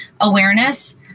awareness